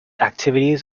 activities